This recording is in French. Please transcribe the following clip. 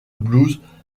blues